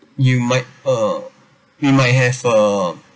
you might uh you might have uh you might have uh